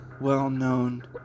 well-known